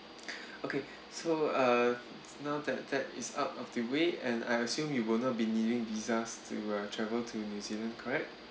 okay so uh now that that is out of the way and I assume you will not be needing visas to uh travel to new zealand correct